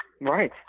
Right